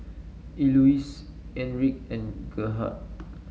Elouise Enrique and Gerhard